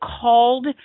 called